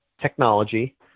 technology